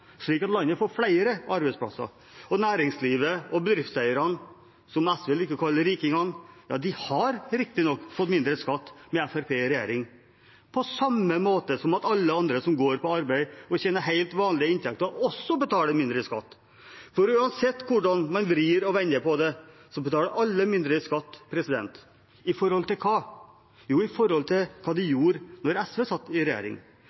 slik at vi får flere arbeidsplasser. Næringslivet og bedriftseierne, som SV liker å kalle rikingene, har riktignok fått mindre skatt med Fremskrittspartiet i regjering, på samme måte som alle andre som går på arbeid og har helt vanlige inntekter også betaler mindre i skatt. For uansett hvordan man vrir og vender på det, betaler alle mindre i skatt. – I forhold til hva? Jo, i forhold til hva de gjorde da SV satt i regjering.